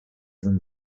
than